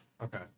Okay